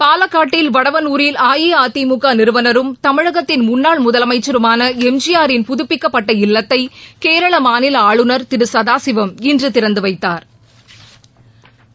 பாலக்காட்டில் வடவனூரில் அஇஅதிமுக நிறுவனரும் தமிழகத்தின் முன்னாள் முதலமைச்சருமான எம்ஜிஆரின் புதப்பிக்கப்பட்ட இல்லத்தை கேரள மாநில ஆளுநர் திரு சதாசிவம் இன்று திறந்து வைத்தாா்